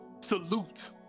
Salute